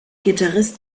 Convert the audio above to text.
gitarrist